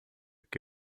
que